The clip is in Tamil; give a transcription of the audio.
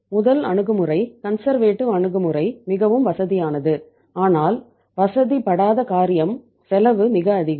முதல் அணுகுமுறை கன்சர்வேட்டிவ் அணுகுமுறை மிகவும் வசதியானது ஆனால் வசதிப்படாத காரியம் செலவு மிக அதிகம்